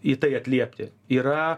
į tai atliepti yra